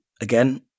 again